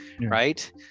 right